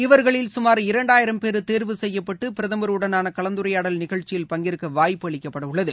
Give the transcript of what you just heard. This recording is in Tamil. இவர்களில் சுமார் இரண்டாயிரம் பேர் தேர்வு செய்யப்பட்டுபிரதமருடனானகலந்துரையாடல் நிகழ்ச்சியில் பங்கேற்கவாய்ப்பு அளிக்கப்படவுள்ளது